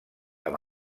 amb